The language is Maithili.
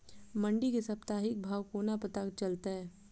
मंडी केँ साप्ताहिक भाव कोना पत्ता चलतै?